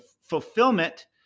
fulfillment